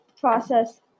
process